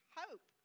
hope